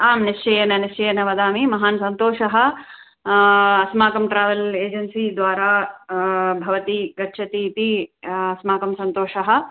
आं निश्चयेन निश्चयेन वदामि महान् सन्तोषः अस्माकं ट्रावल् एजन्सी द्वारा भवती गच्छतीति अस्माकं सन्तोषः